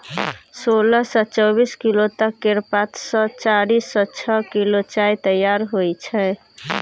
सोलह सँ चौबीस किलो तक केर पात सँ चारि सँ छअ किलो चाय तैयार होइ छै